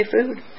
food